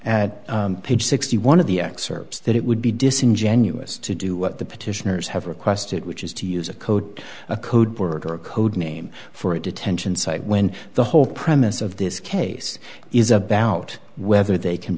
at page sixty one of the excerpts that it would be disingenuous to do what the petitioners have requested which is to use a code a code or a code name for a detention site when the whole premise of this case is about whether they can